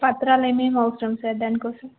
పత్రాలు ఏమేమి అవసరం సార్ దానికోసం